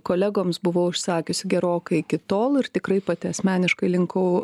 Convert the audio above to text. kolegoms buvau išsakiusi gerokai iki tol ir tikrai pati asmeniškai linkau